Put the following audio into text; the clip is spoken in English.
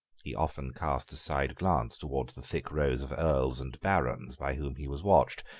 he often cast a side glance towards the thick rows of earls and barons by whom he was watched,